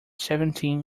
seventeen